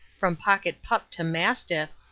from pocket-pup to mastiff,